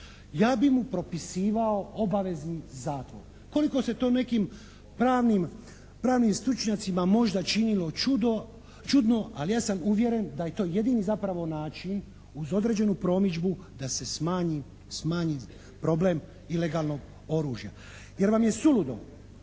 Ja bi mu propisivao obavezan zatvor, koliko se to nekim pravnim stručnjacima možda činilo čudno ali ja sam uvjeren da je to jedini zapravo način uz određenu promidžbu da se smanji problem ilegalnog oružja. Jer vam je suludo